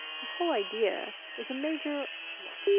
this whole idea is a major what the